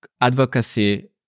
advocacy